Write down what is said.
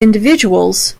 individuals